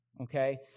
okay